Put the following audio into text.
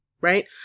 Right